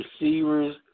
receivers